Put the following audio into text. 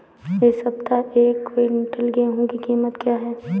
इस सप्ताह एक क्विंटल गेहूँ की कीमत क्या है?